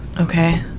Okay